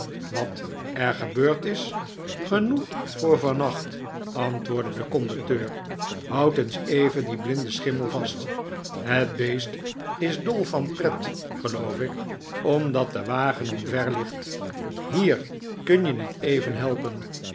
wat er gebeurd is genoeg voor vannacht antwoordde de conducteur houd eens even dien blinden schimmel vast het beest is dpi van pret geloof ik omdat de wagen omver ligt hier kun je niet even helpen